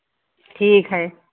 ठीक है